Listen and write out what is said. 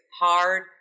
hard